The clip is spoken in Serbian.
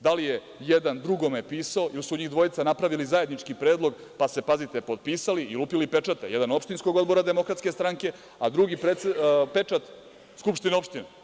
Da li je jadan drugome pisao ili su njih dvojica napravili zajednički predlog, pa se, pazite, potpisali i lupili pečate, jedan opštinskog odbora DS, a drugi pečat Skupštine opštine.